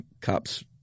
cops